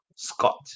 Scott